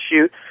shoot